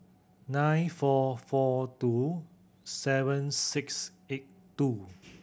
nine four four two seven six eight two